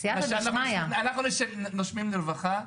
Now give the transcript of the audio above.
אנחנו נושמים לרווחה.